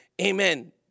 amen